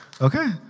Okay